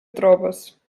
trobes